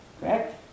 Correct